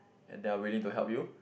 and they are willing to help you